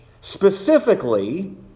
specifically